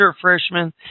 freshman